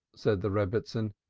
said the rebbitzin,